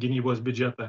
gynybos biudžetą